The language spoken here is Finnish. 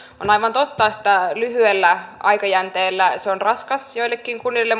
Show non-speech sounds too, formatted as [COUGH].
on aivan totta että lyhyellä aikajänteellä se on raskas joillekin kunnille [UNINTELLIGIBLE]